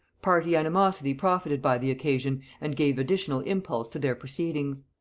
party animosity profited by the occasion and gave additional impulse to their proceedings.